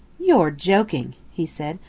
you're joking, he said,